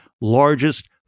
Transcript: largest